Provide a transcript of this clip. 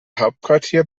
hauptquartier